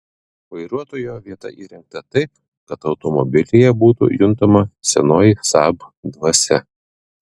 vairuotojo vieta įrengta taip kad automobilyje būtų juntama senoji saab dvasia